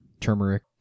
Turmeric